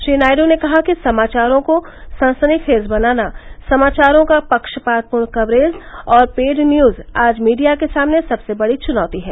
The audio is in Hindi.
श्री नायडू ने कहा कि समाचारों को सनसनी खेज बनाना समाचारों का पक्षपात पूर्ण कवरेज और पेड न्यूज आज मीडिया के सामने सबसे बड़ी चुनौती है